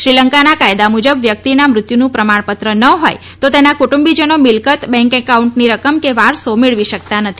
શ્રીલંકાના કાયદા મુજબ વ્યક્તિના મૃત્યુનું પ્રમાણપત્ર ન હોથ તો તેના કુટુંબીજનો મિલકત બેંક એકાઉન્ટની રકમ કે વારસો મેળવી શકતા નથી